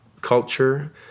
culture